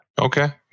Okay